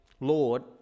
Lord